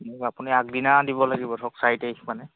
মোক আপুনি আগদিনা দিব লাগিব ধৰক চাৰি তাৰিখ মানে